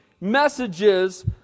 messages